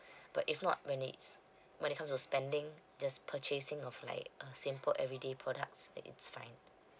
but if not when it's when it comes to spending just purchasing of like a simple everyday products it's fine